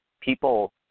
people